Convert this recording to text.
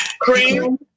Cream